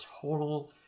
total